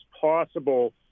possible